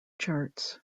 charts